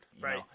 Right